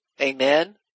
Amen